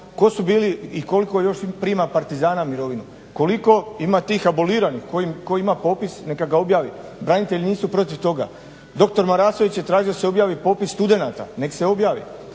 tko su bili i koliko još prima partizana mirovinu, koliko ima tih aboliranih tko ima popis neka ga objavi, branitelji nisu protiv toga. Dr. Marasović je tražio da se objavi popis studenata, nek se objavi.